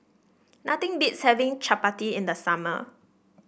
nothing beats having Chapati in the summer